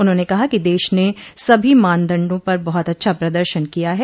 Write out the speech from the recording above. उन्होंन कहा कि देश ने सभी मानदण्डों पर बहुत अच्छा प्रदर्शन किया है